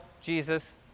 Jesus